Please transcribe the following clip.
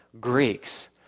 Greeks